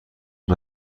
این